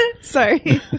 sorry